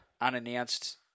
unannounced